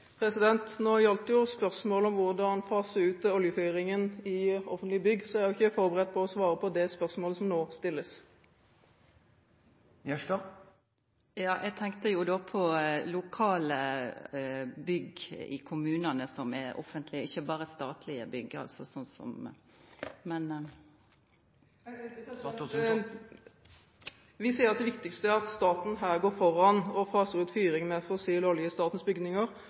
Nå gjaldt jo spørsmålet hvordan fase ut oljefyringen i offentlige bygg, så jeg er ikke forberedt på å svare på det spørsmålet som nå stilles. Jeg tenkte da på offentlige bygg lokalt i kommunene, ikke bare statlige bygg. Det viktigste er at staten her går foran og faser ut fyring med fossil olje i statens bygninger.